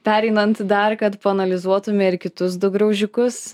pereinant dar kad paanalizuotume ir kitus du graužikus